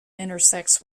intersects